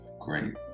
great